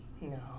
No